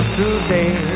today